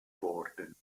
worden